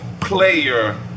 player